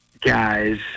guys